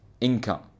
income